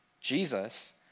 Jesus